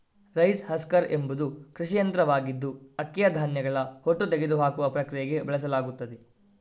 rice husker ಎಂಬುದು ಕೃಷಿ ಯಂತ್ರವಾಗಿದ್ದು ಅಕ್ಕಿಯ ಧಾನ್ಯಗಳ ಹೊಟ್ಟು ತೆಗೆದುಹಾಕುವ ಪ್ರಕ್ರಿಯೆಗೆ ಬಳಸಲಾಗುತ್ತದೆ